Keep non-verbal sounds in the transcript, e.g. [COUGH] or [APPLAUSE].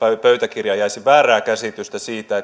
pöytäkirjaan jäisi väärää käsitystä siitä [UNINTELLIGIBLE]